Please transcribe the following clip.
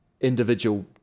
individual